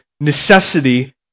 necessity